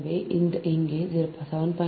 எனவே இங்கே 7